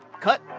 Cut